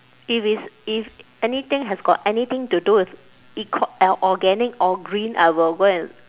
if it's if anything has got anything to do with eco~ organic or green I will go and